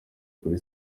kuri